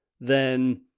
then-